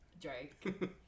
Drake